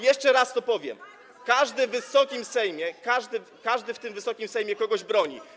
Jeszcze raz to powiem: Każdy w Wysokim Sejmie, każdy w tym Wysokim Sejmie kogoś broni.